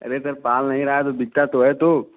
अरे सर पाल नहीं रहा है तो बिकता तो है दो